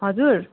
हजुर